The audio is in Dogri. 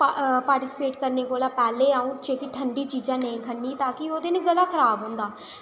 पार्टिसिपेट करने कोला पैह्लें जेह्की अं'ऊ ठंडी चीज़ां नेईं खन्नी ताकी ओह्दे कन्नै गला खराब होंदा